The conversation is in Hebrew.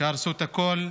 שהרסו את הכול.